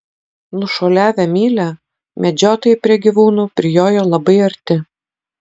nušuoliavę mylią medžiotojai prie gyvūnų prijojo labai arti